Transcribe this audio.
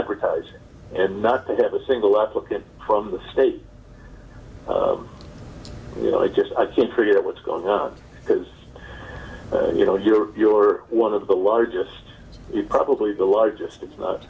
advertise and that they have a single applicant from the state you know i just i can't figure out what's going on because you know you're you're one of the largest it's probably the largest it's not